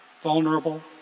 vulnerable